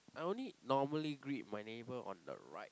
I only normally greet my neighbour on the right